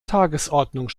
tagesordnung